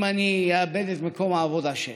אם אני אאבד את מקום העבודה שלי.